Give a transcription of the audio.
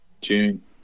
June